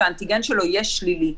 והאנטיגן שלו יהיה שלילי.